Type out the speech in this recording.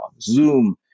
Zoom